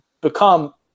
become